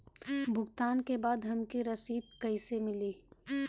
भुगतान के बाद हमके रसीद कईसे मिली?